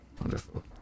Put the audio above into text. wonderful